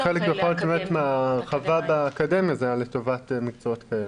חלק מהרחבת האקדמיה זה לטובת מקצועות כאלה.